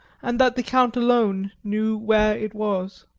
and that the count alone knew where it was.